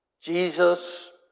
Jesus